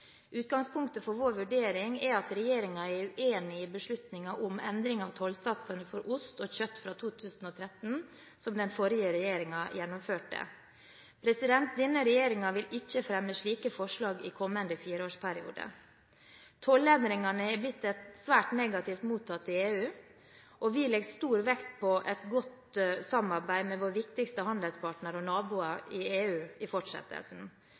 Utgangspunktet for vår vurdering er at regjeringen er uenig i beslutningen om endring av tollsatsene for ost og kjøtt fra 2013, som den forrige regjeringen gjennomførte. Denne regjeringen vil ikke fremme slike forslag i kommende fireårsperiode. Tollendringene er blitt svært negativt mottatt i EU. Vi legger stor vekt på et godt samarbeid med våre viktigste handelspartnere og naboer i EU i fortsettelsen.